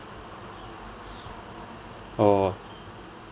oh